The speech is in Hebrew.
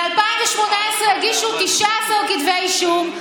ב-2018 הגישו 19 כתבי אישום,